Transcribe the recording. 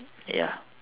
ya